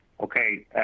Okay